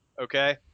Okay